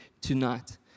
tonight